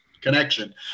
connection